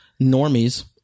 normies